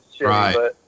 Right